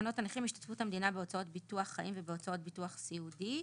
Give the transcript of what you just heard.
תקנות הנכים השתתפות המדינה בהוצאות ביטוח חיים והוצאות ביטוח סיעודי,